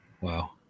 Wow